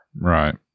Right